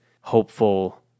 hopeful